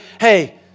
Hey